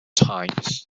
times